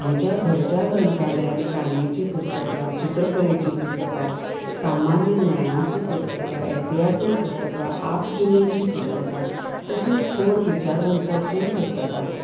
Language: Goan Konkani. म्हज्या घरच्या ग्रंथालयांत काणयेची पुस्तकां चित्रकलेची पुस्तकां सामान्य ज्ञानाची पुस्तकां एतिहासीक पुस्तकां आपजीणेंची पुस्तकां तशींच थोर विचारवंताचीय पुस्तकां आसात